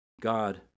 God